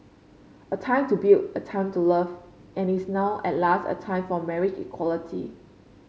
a time to build a time to love and is now at last a time for marriage equality